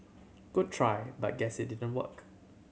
good try but guess it didn't work